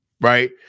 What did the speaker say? right